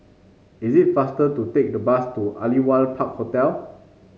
it is faster to take the bus to Aliwal Park Hotel